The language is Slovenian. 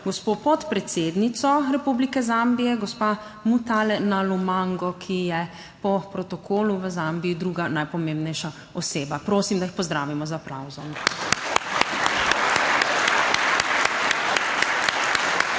gospo podpredsednico Republike Zambije, gospa / nerazumljivo/, ki je po protokolu v Zambiji druga najpomembnejša oseba. Prosim, da jih pozdravimo z aplavzom.